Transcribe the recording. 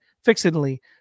fixedly